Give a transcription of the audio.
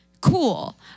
cool